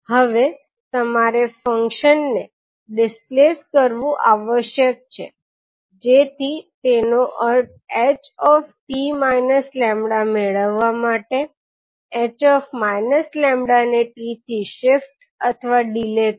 હવે તમારે ફંક્શનને ડિસ્પ્લેસ કરવું આવશ્યક છે જેથી તેનો અર્થ ℎ𝑡 𝜆 મેળવવા માટે ℎ−𝜆 ને 𝑡 થી શિફ્ટ અથવા ડીલે કરો